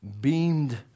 beamed